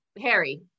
harry